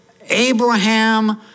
Abraham